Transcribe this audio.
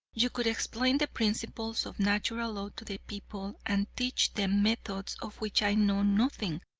you could explain the principles of natural law to the people, and teach them methods of which i know nothing.